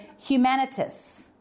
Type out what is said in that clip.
humanitas